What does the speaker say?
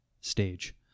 stage